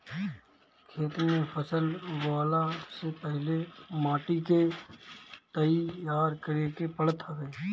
खेत में फसल बोअला से पहिले माटी के तईयार करे के पड़त हवे